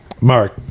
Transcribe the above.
Mark